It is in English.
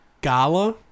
Gala